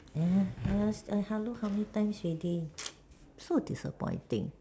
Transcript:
ya I I hello how many times already so disappointing